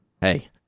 Hey